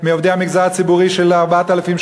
מעובדי המגזר הציבורי של 4,000,